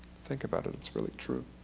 think about it, it's really true.